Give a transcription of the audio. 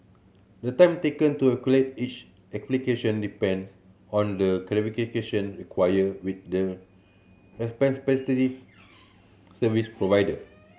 the time taken to each application depends on the clarification required with the service provider